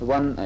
One